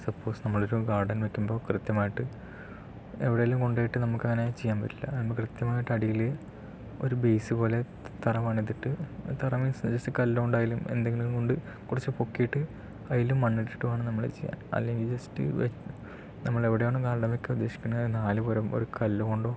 suppose നമ്മളൊരു garden വെക്കുമ്പോൾ കൃത്യമായിട്ട് എവിടെയെങ്കിലും കൊണ്ടുപോയിട്ട് നമുക്കങ്ങനെ ചെയ്യാൻ പറ്റില്ല നമ്മൾ ആ കൃത്യമായിട്ട് അടിയിൽ ഒരു ബെയിസ് പോലെ തറ പണിതിട്ട് തറ മീൻസ് ജസ്റ്റ് കല്ലു കൊണ്ടായാലും എന്തെങ്കിലും കൊണ്ട് കുറച്ച് പൊക്കിയിട്ട് അതിൽ മണ്ണിട്ടിട്ട് വേണം നമ്മൾ ചെയ്യാൻ അല്ലെങ്കിൽ ജസ്റ്റ് വേ നമ്മൾ എവിടെയാണോ ഗാർഡൻ വെക്കാൻ ഉദ്ദേശിക്കുന്നത് ആ നാല് ഒരു കല്ല് കൊണ്ടോ